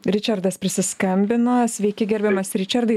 ričardas prisiskambino sveiki gerbiamas ričardai